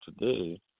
today